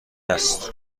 است